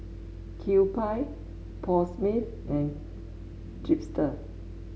Kewpie Paul Smith and Chipster